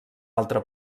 altre